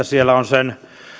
siellä on sen